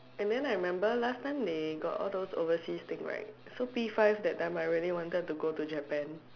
and then I remember last time they got all those overseas thing right so P-five that time I really wanted to go to Japan